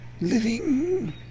living